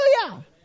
Hallelujah